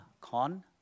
Con